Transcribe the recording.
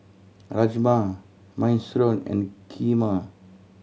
Rajma Minestrone and Kheema